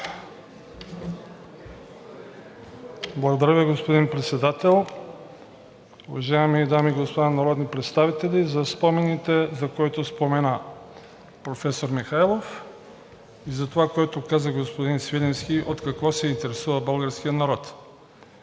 Благодаря, господин Председател. Уважаеми дами и господа народни представители, за спомените, за които спомена професор Михайлов, и за това, което каза господин Свиленски – от какво се интересува българският народ.